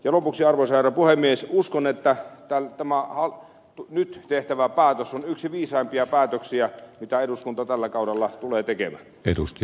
lopuksi arvoisa herra puhemies uskon että tämä nyt tehtävä päätös on yksi viisaimpia päätöksiä mitä eduskunta tällä kaudella tulee tekemään